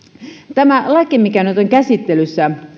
kuntien kulttuuripuolen asioista mikä nyt on käsittelyssä